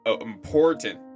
important